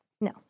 No